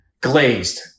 Glazed